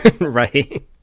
Right